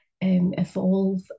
evolve